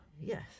Yes